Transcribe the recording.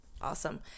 Awesome